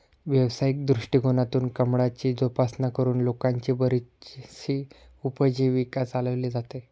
व्यावसायिक दृष्टिकोनातून कमळाची जोपासना करून लोकांची बरीचशी उपजीविका चालवली जाते